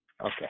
okay